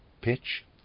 pitch